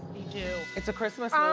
do. it's a christmas um